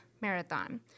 marathon